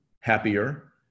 happier